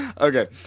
Okay